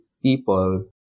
people